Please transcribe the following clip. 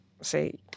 say